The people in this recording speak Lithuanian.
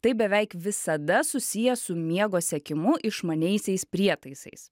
tai beveik visada susiję su miego sekimu išmaniaisiais prietaisais